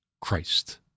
Christ